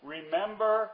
Remember